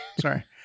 sorry